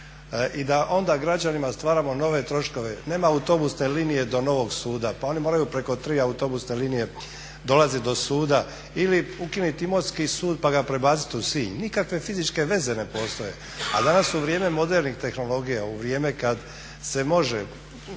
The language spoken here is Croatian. i da onda građanima stvaramo nove troškove. Nema autobusne linije do novog suda, pa oni moraju preko tri autobusne linije dolaziti do suda ili ukinuti Imotski sud pa ga prebaciti u Sinj, nikakve fizičke veze ne postoje. A danas u vrijeme modernih tehnologija u vrijeme kada se može